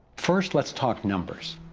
first, lets talk numbers.